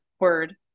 word